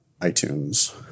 iTunes